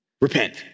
Repent